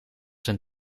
zijn